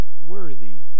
worthy